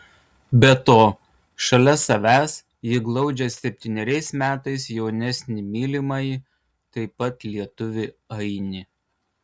be to šalia savęs ji glaudžia septyneriais metais jaunesnį mylimąjį taip pat lietuvį ainį